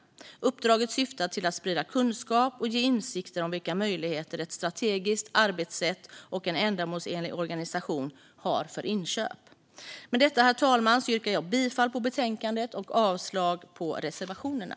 Uppdraget syftar till att sprida kunskap och ge insikter om vilka möjligheter ett strategiskt arbetssätt och en ändamålsenlig organisation har för inköp. Herr talman! Med detta yrkar jag bifall till förslaget i betänkandet och avslag på reservationerna.